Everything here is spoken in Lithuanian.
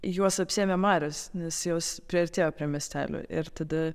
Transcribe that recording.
juos apsiėmė marios nes jos priartėjo prie miestelio ir tada